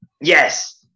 Yes